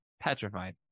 petrified